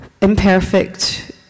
imperfect